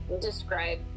Describe